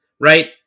right